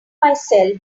myself